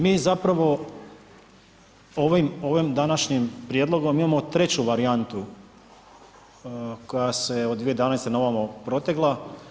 Mi zapravo ovim današnjim prijedlogom imamo treću varijantu koja se od 2012. na ovamo protegla.